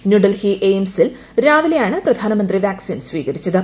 ന്യൂഡൽഹി എയ്യിംസിൽ രാവിലെയാണ് പ്രധാനമന്ത്രി വാക്സിൻ സ്വീകരിച്ചത്